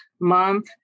month